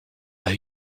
pas